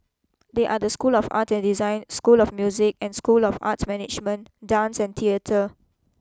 they are the school of art and design school of music and school of arts management dance and theatre